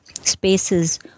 spaces